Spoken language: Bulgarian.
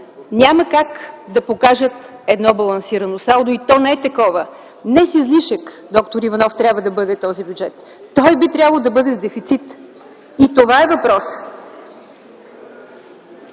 няма как да покажат едно балансирано салдо, и то не е такова. Не с излишък, д-р Иванов, трябва да бъде този бюджет. Той би трябвало да бъде с дефицит! Това е въпросът!